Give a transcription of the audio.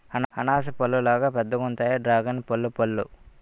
అనాస పల్లులాగా పెద్దగుంతాయి డ్రేగన్పల్లు పళ్ళు